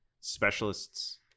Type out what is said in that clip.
specialists